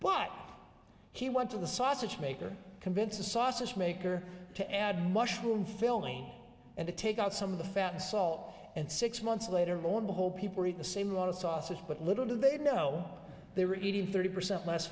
but he went to the sausage maker convince the sausage maker to add mushroom filling and to take out some of the fat salt and six months later on the whole people eat the same amount of sausage but little do they know they were eating thirty percent less